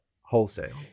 wholesale